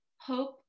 hope